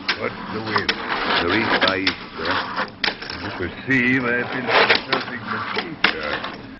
what's the wind maurice by easter as you perceive? i have been consulting miss teacher